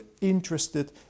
interested